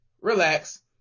relax